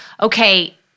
okay